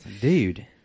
Dude